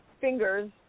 fingers